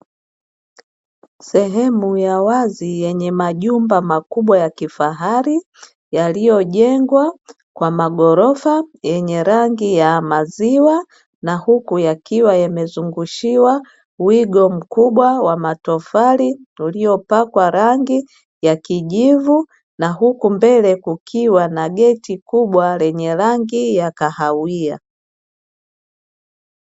Sehemu ya wazi yenye majumba makubwa ya kifahari yaliyojengwa kwa maghorofa yenye rangi ya maziwa na huku yakiwa yamezungushiwa wigo mkubwa wa matofali, uliopakwa rangi ya kijivu na huku mbele kukiwa na geti kubwa lenye rangi ya kahawia.